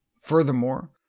Furthermore